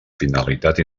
finalitat